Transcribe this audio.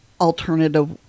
alternative